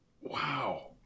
Wow